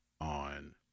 on